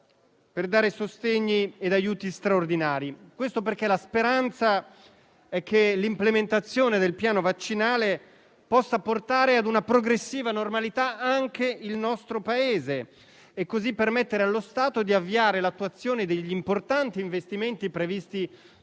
per dare sostegni e aiuti straordinari. Questo perché la speranza è che l'implementazione del piano vaccinale possa portare a una progressiva normalità anche il nostro Paese, permettendo così allo Stato di avviare l'attuazione degli importanti investimenti previsti